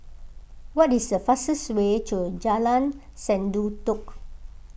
what is the fastest way to Jalan Sendudok